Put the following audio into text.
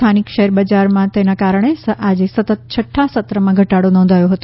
સ્થાનિક શેરબજારમાં તેના કારણે આજે સતત છઠ્ઠા સત્રમાં ઘટાડો નોંધાયો હતો